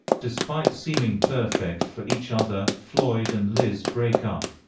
despite seeming perfect for each other, floyd and liz break up.